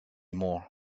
more